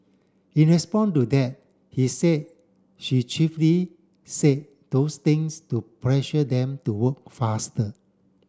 in respond to that he said she chiefly said those things to pressure them to work faster